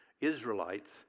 Israelites